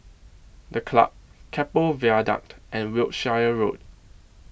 The Club Keppel Viaduct and Wiltshire Road